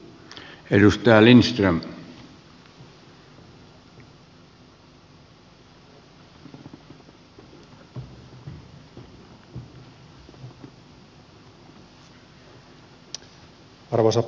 arvoisa herra puhemies